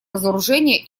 разоружения